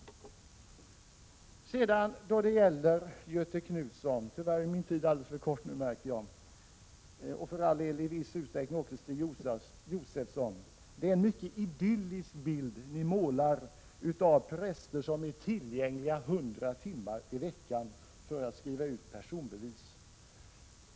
Tyvärr är min tid alldeles för kort, märker jag, men jag vill säga till Göthe Knutson och för all del i viss utsträckning också till Stig Josefson att det är en mycket idyllisk bild ni målar av präster som är tillgängliga 100 timmar i veckan för att skriva ut personbevis.